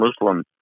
Muslim